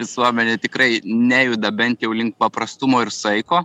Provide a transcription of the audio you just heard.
visuomenė tikrai nejuda bent jau link paprastumo ir saiko